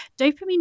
dopamine